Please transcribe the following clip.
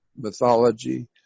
mythology